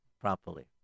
properly